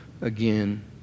again